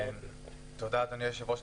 תודה, אדוני היושב-ראש.